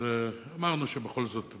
אמרנו שבכל זאת,